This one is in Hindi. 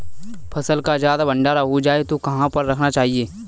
फसल का ज्यादा भंडारण हो जाए तो कहाँ पर रखना चाहिए?